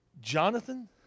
Jonathan